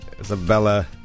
Isabella